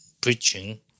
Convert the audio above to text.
preaching